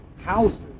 houses